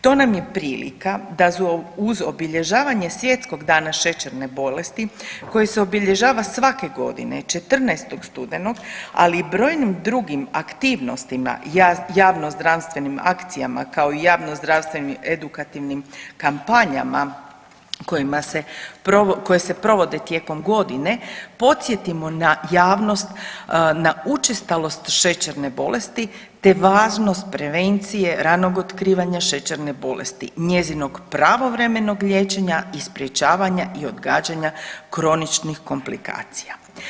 To nam je prilika da uz obilježavanje Svjetskog dana šećerne bolesti koji se obilježava svake godine 14. studenog, ali i brojnim drugim aktivnostima, javnozdravstvenim akcijama, kao i javnozdravstvenim edukativnim kampanjama kojima se, koje se provode tijekom godine podsjetimo na javnost na učestalost šećerne bolesti, te važnost prevencije, ranog otkrivanja šećerne bolesti, njezinog pravovremenog liječenja i sprječavanja i odgađanja kroničnih komplikacija.